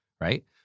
Right